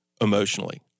emotionally